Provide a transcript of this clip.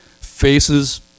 faces